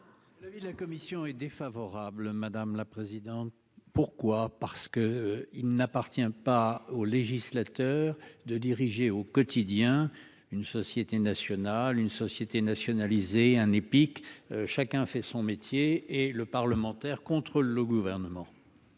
Voilà. La commission est défavorable. Madame la présidente, pourquoi parce que il n'appartient pas au législateur de diriger au quotidien une société nationale une société nationalisée un épique. Chacun fait son métier et le parlementaire contre le gouvernement.